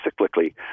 cyclically